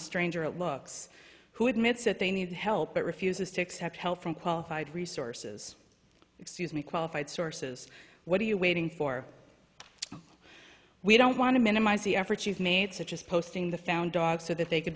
stranger it looks who admits that they need help but refuses to accept help from qualified resources excuse me qualified sources what are you waiting for we don't want to minimize the efforts you've made such as posting the found dog so that they could